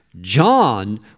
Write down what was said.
John